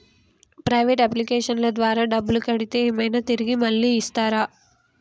Private అప్లికేషన్ల ద్వారా డబ్బులు కడితే ఏమైనా తిరిగి మళ్ళీ ఇస్తరా?